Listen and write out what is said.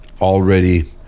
already